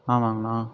ஆமாங்ணா